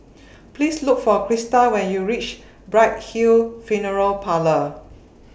Please Look For Crista when YOU REACH Bright Hill Funeral Parlour